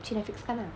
去 netflix 看 lah